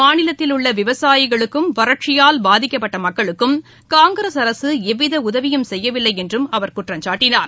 மாநிலத்தில் உள்ள விவசாயிகளுக்கும் வறட்சியால் பாதிக்கப்பட்ட மக்களுக்கும் காங்கிரஸ் அரசு எவ்வித உதவியும் செய்யவில்லை என்றும் அவர் குற்றம் சாட்டினார்